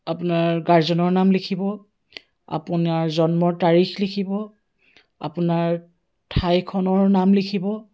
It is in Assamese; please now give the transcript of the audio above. আপোনাৰ গাৰ্জেনৰ নাম লিখিব আপোনাৰ জন্মৰ তাৰিখ লিখিব আপোনাৰ ঠাইখনৰ নাম লিখিব